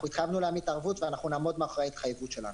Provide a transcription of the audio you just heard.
אנחנו התחייבנו להעמיד את הערבות ואנחנו נעמוד מאחורי ההתחייבות שלנו.